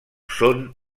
són